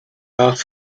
traf